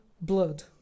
blood